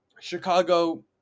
Chicago